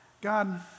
God